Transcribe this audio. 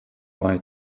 wye